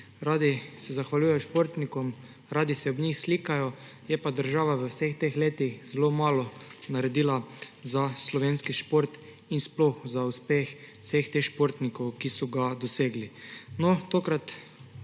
radi zahvaljujejo športnikom, radi se ob njih slikajo, je pa država v vseh teh letih zelo malo naredila za slovenski šport in sploh za uspeh vseh teh športnikov, ki so ga dosegli. No, tokrat